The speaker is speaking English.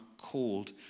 called